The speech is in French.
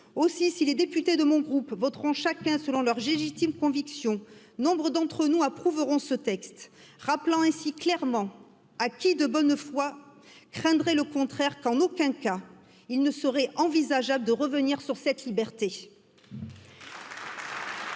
Aussi, si les députés de mon groupe voteront chacun selon leurs légitimes convictions, nous approuveront ce texte rappelant ainsi clairement à qui de bonne foi craindrait le contraire qu'en aucun cas il ne serait envisageable de revenir sur cette liberté.